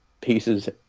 pieces